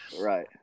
Right